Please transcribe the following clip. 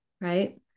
right